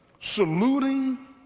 Saluting